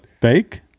bake